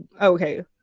Okay